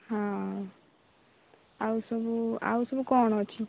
ହଁ ଆଉ ସବୁ ଆଉ ସବୁ କ'ଣ ଅଛି